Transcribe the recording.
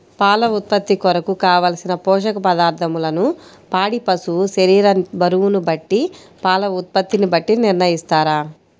పాల ఉత్పత్తి కొరకు, కావలసిన పోషక పదార్ధములను పాడి పశువు శరీర బరువును బట్టి పాల ఉత్పత్తిని బట్టి నిర్ణయిస్తారా?